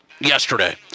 yesterday